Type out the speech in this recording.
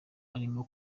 arimo